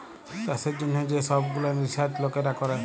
চাষের জ্যনহ যে সহব গুলান রিসাচ লকেরা ক্যরে